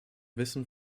wissen